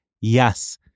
yes